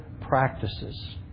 practices